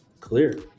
clear